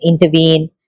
intervene